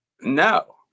No